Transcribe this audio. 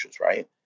Right